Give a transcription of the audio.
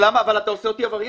אבל אתה עושה אותי עבריין.